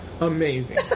Amazing